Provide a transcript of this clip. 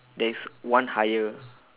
there is one higher